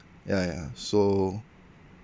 yeah yeah so